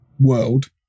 world